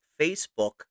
Facebook